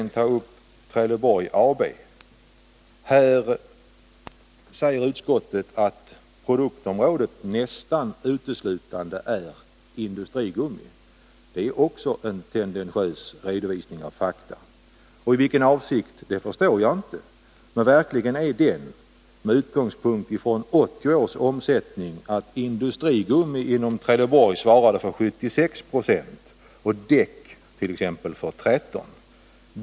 När det gäller Trelleborg AB säger utskottet att produktområdet nästan uteslutande är industrigummi. Det är också en tendentiös redovisning av fakta — i vilken avsikt förstår jag inte. Men verkligheten är den, med utgångspunkt i 1980 års omsättning, att industrigummi svarade för 76 70 och däck för 13 26.